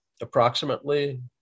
approximately